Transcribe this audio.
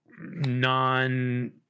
non